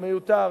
הוא מיותר.